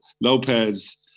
Lopez